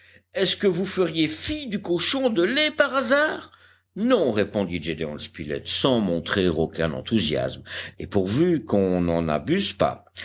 est-ce que vous feriez fi du cochon de lait par hasard non répondit gédéon spilett sans montrer aucun enthousiasme et pourvu qu'on n'en abuse pas